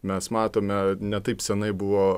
mes matome ne taip seniai buvo